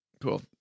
cool